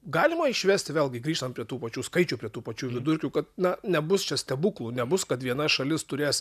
galima išvesti vėlgi grįžtant prie tų pačių skaičių prie tų pačių vidurkių kad na nebus čia stebuklų nebus kad viena šalis turės